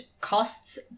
costs